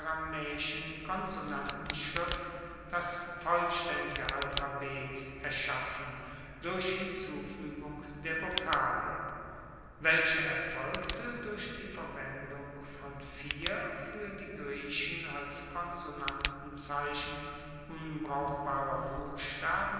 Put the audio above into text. aramaeischen konsonantenschrift das vollstaendige alphabet erschaffen durch hinzufuegung der vokale welche erfolgte durch die verwendung von vier fuer die griechen als konsonantenzeichen unbrauchbarer buchstaben